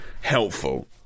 helpful